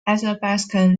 athabaskan